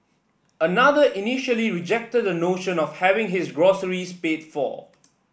another initially rejected the notion of having his groceries paid for